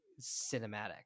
cinematic